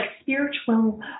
spiritual